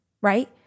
right